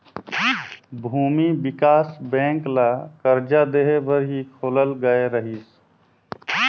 भूमि बिकास बेंक ल करजा देहे बर ही खोलल गये रहीस